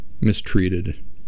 mistreated